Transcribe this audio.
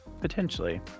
Potentially